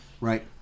Right